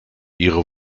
ihre